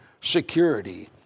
security